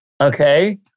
Okay